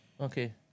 Okay